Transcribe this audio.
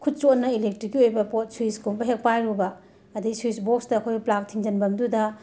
ꯈꯨꯠ ꯆꯣꯠꯅ ꯏꯂꯦꯛꯇꯤꯛꯀꯤ ꯑꯣꯏꯕ ꯄꯣꯠ ꯁ꯭ꯋꯤꯁꯀꯨꯝꯕ ꯍꯦꯛ ꯄꯥꯏꯔꯨꯕꯥ ꯑꯗꯩ ꯁ꯭ꯋꯤꯁ ꯕꯣꯛꯁꯇ ꯑꯈꯣꯏ ꯄ꯭ꯂꯥꯛ ꯊꯤꯡꯖꯤꯟꯕꯝꯗꯨꯗꯥ